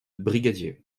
brigadier